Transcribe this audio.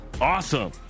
Awesome